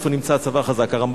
איפה נמצא הצבא החזק.